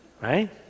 right